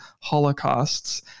holocausts